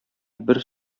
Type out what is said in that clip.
бер